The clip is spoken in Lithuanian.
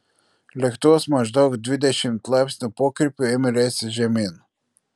lėktuvas maždaug dvidešimt laipsnių pokrypiu ėmė leistis žemyn